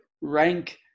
rank